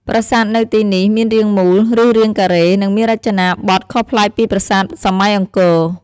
ប្រាសាទនៅទីនេះមានរាងមូល ឬរាងការ៉េ និងមានរចនាបថខុសប្លែកពីប្រាសាទសម័យអង្គរ។